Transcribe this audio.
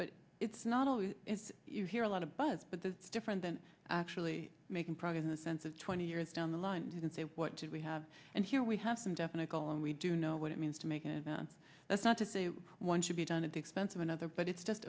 but it's not always you hear a lot of buzz but that's different than actually making progress in the sense of twenty years down the line you can say what do we have and here we have some definite goal and we do know what it means to make you know that that's not to say one should be done at the expense of another but it's just